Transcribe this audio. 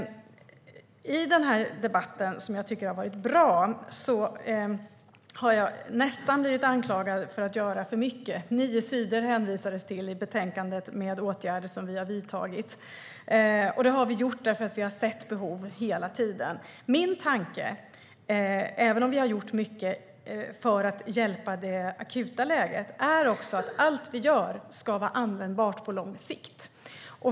I denna debatt, som har varit bra, har jag nästan blivit anklagad för att göra för mycket. Det hänvisades till nio sidor i betänkandet med åtgärder som vi har vidtagit. Det har vi gjort för att vi hela tiden har sett behov. Även om vi har gjort mycket för att hjälpa i det akuta läget är min tanke att allt vi gör ska vara användbart också på lång sikt.